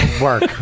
work